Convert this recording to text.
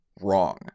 wrong